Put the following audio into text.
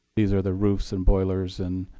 these are the roofs and boilers and